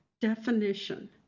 definition